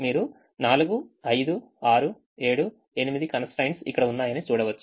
మీరు 4 5 6 7 8 constraints ఇక్కడ ఉన్నాయని చూడవచ్చ